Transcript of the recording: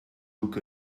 look